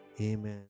Amen